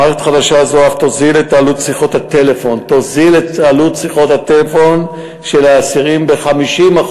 מערכת חדשה זו אף תוזיל את עלות שיחות הטלפון של האסירים ב-50%.